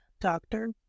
Doctor